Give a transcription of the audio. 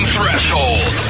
Threshold